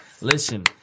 Listen